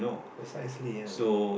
precisely ya